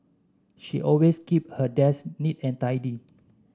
she always keep her desk neat and tidy